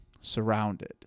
surrounded